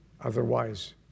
Otherwise